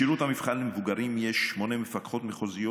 בשירות המבחן למבוגרים יש שמונה מפקחות מחוזיות